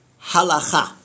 halacha